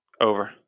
Over